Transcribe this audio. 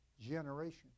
generation